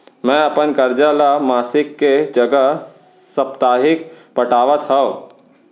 मै अपन कर्जा ला मासिक के जगह साप्ताहिक पटावत हव